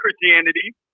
Christianity